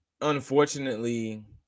unfortunately